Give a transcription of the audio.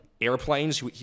airplanes